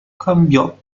cambiò